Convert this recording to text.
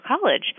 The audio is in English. college